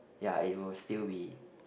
ya it will still be